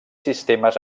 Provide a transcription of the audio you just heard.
sistemes